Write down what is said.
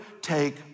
take